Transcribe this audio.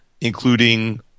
including